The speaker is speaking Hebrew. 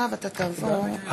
הכרה בהוצאות אש"ל לעצמאים.